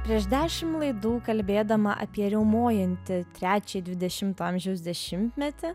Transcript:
prieš dešim laidų kalbėdama apie riaumojantį trečią dvidešimto amžiaus dešimtmetį